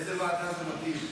לאיזה ועדה זה מתאים?